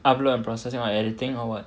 upload and process or editing or what